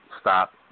stop